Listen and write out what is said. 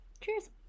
Cheers